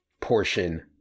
portion